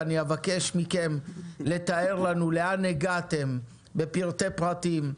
ואני גם אבקש מכם לתאר לנו לאן הגעתם בפרטי פרטים,